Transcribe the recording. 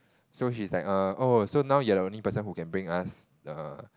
so she is like err oh so now you are the only person who can bring us err